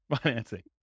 financing